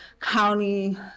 county